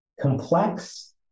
complex